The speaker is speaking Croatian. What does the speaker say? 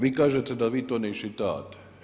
Vi kažete da vi to ne iščitate.